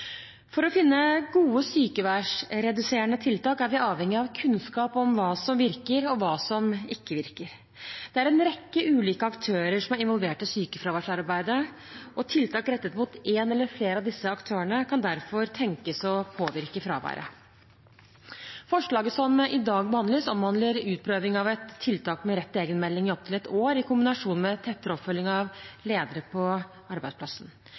For å finne gode sykefraværsreduserende tiltak er vi avhengig av kunnskap om hva som virker, og hva som ikke virker. Det er en rekke ulike aktører som er involvert i sykefraværsarbeidet, og tiltak rettet mot én eller flere av disse aktørene kan derfor tenkes å påvirke fraværet. Forslaget som i dag behandles, omhandler utprøving av et tiltak med rett til egenmelding i opptil ett år i kombinasjon med tettere oppfølging av ledere på arbeidsplassen.